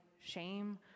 shame